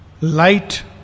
Light